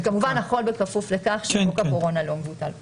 וכמובן הכל בכפוף לכך שחוק הקורונה לא מבוטל פה.